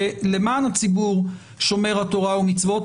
ולמען הציבור שומר התורה והמצוות,